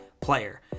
player